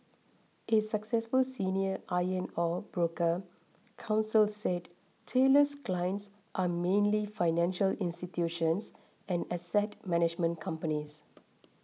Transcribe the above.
a successful senior iron ore broker counsel said Taylor's clients are mainly financial institutions and asset management companies